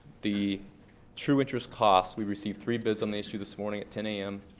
the true interest cost, we received three bids on these through this morning at ten a m.